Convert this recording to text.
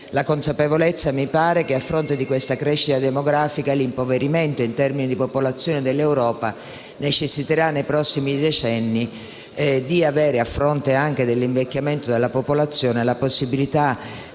la consapevolezza che, a fronte della crescita demografica, l'impoverimento in termini di popolazione dell'Europa necessiterà nei prossimi decenni di avere, a fronte anche dell'invecchiamento della popolazione, la possibilità